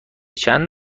چند